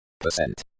percent